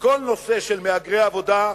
כל נושא של מהגרי עבודה.